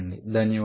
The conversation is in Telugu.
ధన్యవాదాలు